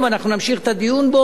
אנחנו נמשיך את הדיון בו,